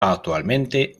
actualmente